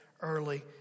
early